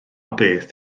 beth